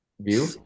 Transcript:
View